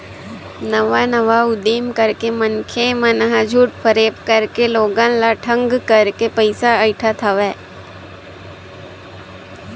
नवा नवा उदीम करके मनखे मन ह झूठ फरेब करके लोगन ल ठंग करके पइसा अइठत हवय